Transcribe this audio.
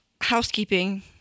housekeeping